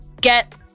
get